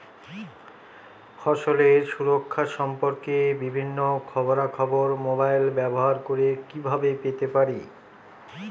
ফসলের সুরক্ষা সম্পর্কে বিভিন্ন খবরা খবর মোবাইল ব্যবহার করে কিভাবে পেতে পারি?